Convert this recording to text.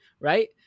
right